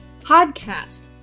podcast